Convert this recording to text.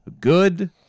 good